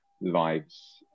lives